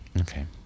okay